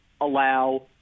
allow